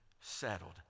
settled